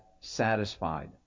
satisfied